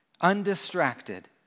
undistracted